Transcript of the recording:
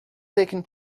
taken